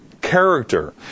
character